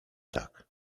tak